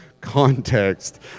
context